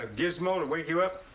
ah gizmo to wake you up?